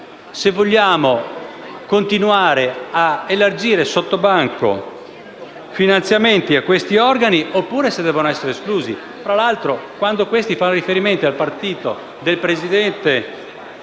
se vogliamo continuare a elargire sotto banco finanziamenti a questi organi, oppure se devono essere esclusi. Tra l'altro, quando questi fanno riferimento al partito del presidente